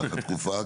במהלך התקופה,